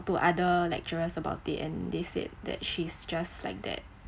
to other lecturers about it and they said that she's just like that